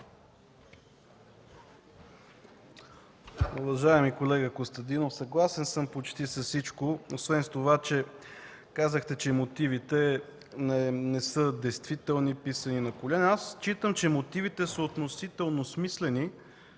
Уважаеми колега Костадинов, съгласен съм почти с всичко освен с това, че казахте, че мотивите не са действителни, писани на колене. Считам, че мотивите са относително смислени,